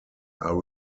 are